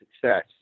success